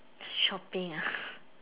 shopping ah